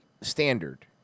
standard